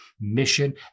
mission